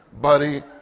buddy